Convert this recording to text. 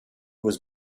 was